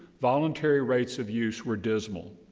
voluntary rates of use were dismal.